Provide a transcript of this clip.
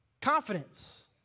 Confidence